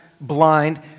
blind